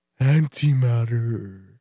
antimatter